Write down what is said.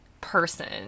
person